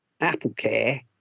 AppleCare